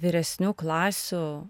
vyresnių klasių